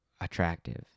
attractive